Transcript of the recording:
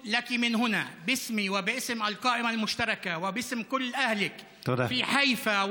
בשמי ובשם הרשימה המשותפת ובשם כל בני עמך בחיפה,